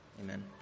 Amen